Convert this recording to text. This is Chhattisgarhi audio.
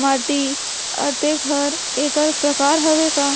माटी, अतेक हर एकर प्रकार हवे का?